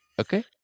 okay